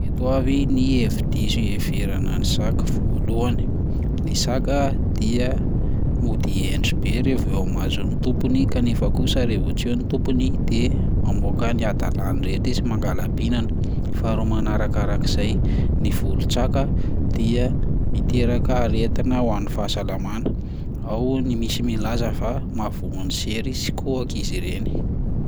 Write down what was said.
Ireto avy ny hevi-diso iheverana ny saka: voalohany, ny saka dia mody hendry be raha vao eo imason'ny tompony kanefa kosa raha vao tsy eo ny tompony de mamoaka ny hadalany rehetra izy, mangala-pihinana; faharoa manarakarak'izay, ny volon-tsaka dia miteraka aretina ho an'ny fahasalamana, ao ny misy milaza fa mahavoa ny sery sy kohaka izy ireny.